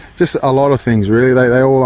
just a lot of things really, they they all